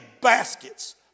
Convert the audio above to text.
baskets